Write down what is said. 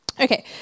Okay